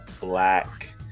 black